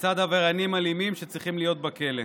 מצד עבריינים אלימים שצריכים להיות בכלא.